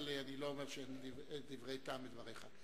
אבל אני לא אומר שאין דברי טעם בדבריך.